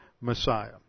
Messiah